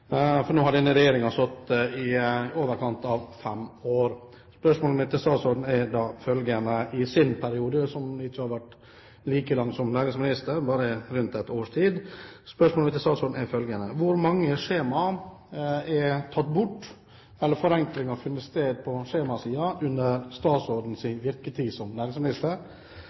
Nå har denne regjeringen sittet i overkant av fem år. Det første spørsmålet til statsråden er da følgende: I hans periode som næringsminister – som ikke har vært like lang, bare rundt et års tid – hvor mange skjema er tatt bort? Har forenklinger på skjemasiden funnet sted under statsrådens virketid som næringsminister?